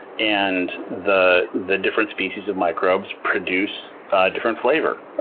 and the the different species of microbes produce a different flavor,